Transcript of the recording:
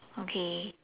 okay